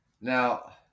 Now